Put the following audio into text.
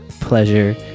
pleasure